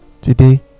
today